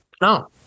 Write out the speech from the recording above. No